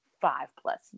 five-plus